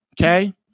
Okay